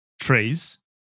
trees